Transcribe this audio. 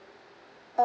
uh